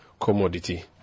commodity